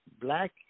Black